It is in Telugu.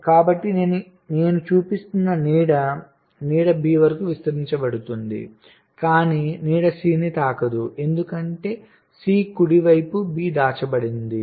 కాబట్టి ఇది నేను చూపిస్తున్న నీడ నీడ B కి విస్తరించబడుతోంది కానీ నీడ C ని తాకదు ఎందుకంటే C కుడివైపు B దాచబడింది